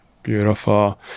Beautiful